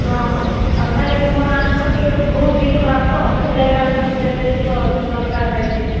ହଁ ହଁ ଆଉ କାହିଁର୍ ଲାଗିକି ମୋର ନାନୀଙ୍କ ଟିକେ ବହୁତ ଦିହ୍ ଖରାପ୍ ତ ସେଥିର୍ଲାଗି କାଣାକି ତାଙ୍କୁ ବେଡ଼୍ ଯେନ୍ତି ହେଲେ ଦର୍କାର୍ ବେଡ଼୍ଟେ